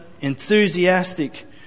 enthusiastic